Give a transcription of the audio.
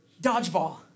dodgeball